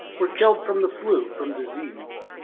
were killed from the flu, from disease.